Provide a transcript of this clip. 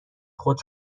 خود